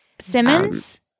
Simmons